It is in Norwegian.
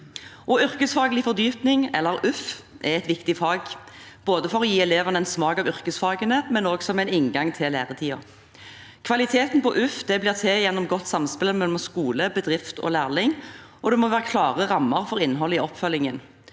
Yrkesfaglig fordypning, eller YFF, er et viktig fag både for å gi elevene en smak av yrkesfagene og som en inngang til læretiden. Kvaliteten på YFF blir til gjennom et godt samspill mellom skole, bedrift og lærling, og det må være klare rammer for innholdet i oppfølgingen.